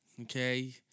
Okay